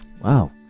wow